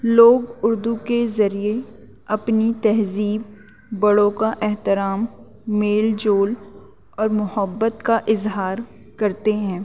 لوگ اردو کے ذریعے اپنی تہذیب بڑوں کا احترام میل جول اور محبت کا اظہار کرتے ہیں